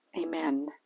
Amen